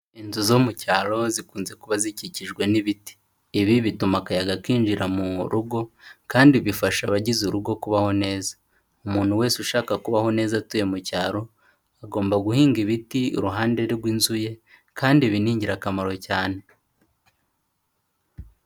Inzu zo mu cyaro zikunze kuba zikikijwe n'ibiti, ibi bituma akayaga kinjira mu rugo kandi bifasha abagize urugo kubaho neza, umuntu wese ushaka kubaho neza atuye mu cyaro, agomba guhinga ibiti iruhande rw'inzuye kandi ibi ni ingirakamaro cyane.